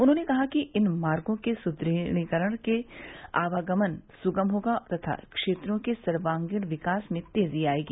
उन्होंने कहा है कि इन मार्गो के सुद्वीकरण से आवागमन सुगम होगा तथा क्षेत्रों के सर्वागीण विकास में तेजी आयेगी